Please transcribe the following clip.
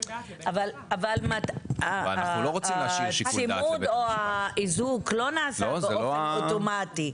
אבל הצימוד או האיזוק לא נעשה באופן אוטומטי.